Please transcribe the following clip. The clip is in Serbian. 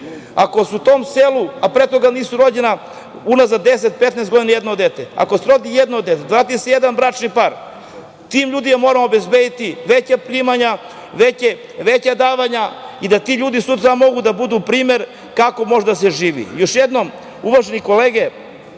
selo može da živi, a pre toga nisu rođena unazad 10, 15 godina nijedno dete, ako se rodi jedno dete, vrati se jedan bračni par, tim ljudima moramo obezbediti veća primanja, veća davanja i da ti ljudi sutra mogu da budu primer kako može da se živi. Još jednom, uvažene kolege